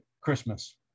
Christmas